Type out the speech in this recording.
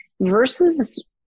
versus